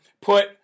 put